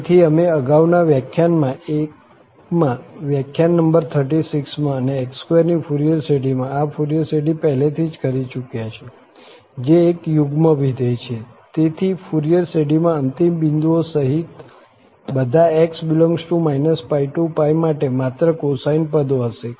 તેથી અમે અગાઉના વ્યાખ્યાનમાંના એકમાં વ્યાખ્યાન નંબર 36 માં અને x2 ની ફુરિયર શ્રેઢીમાં આ ફુરિયર શ્રેઢી પહેલેથી જ કરી ચુક્યા છીએ જે એક યુગ્મ વિધેય છે તેથી ફુરિયર શ્રેઢીમાં અંતિમ બિંદુઓ સહિત બધા x∈ ππ માટે માત્ર cosine પદો હશે